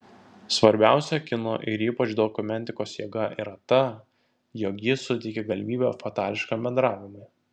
svarbiausia kino ir ypač dokumentikos jėga yra ta jog ji suteikia galimybę fatališkam bendravimui